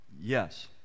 Yes